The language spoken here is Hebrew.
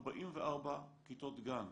44 כיתות גן,